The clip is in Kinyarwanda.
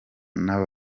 n’aba